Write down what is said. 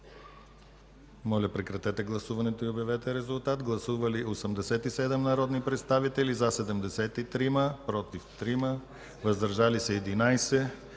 Прекратете гласуването и обявете резултата. Гласували 91 народни представители: за 78, против 9, въздържали се 4.